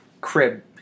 crib